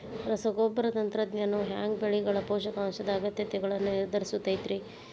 ರಸಗೊಬ್ಬರ ತಂತ್ರಜ್ಞಾನವು ಹ್ಯಾಂಗ ಬೆಳೆಗಳ ಪೋಷಕಾಂಶದ ಅಗತ್ಯಗಳನ್ನ ನಿರ್ಧರಿಸುತೈತ್ರಿ?